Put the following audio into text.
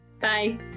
Bye